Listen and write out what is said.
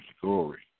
glory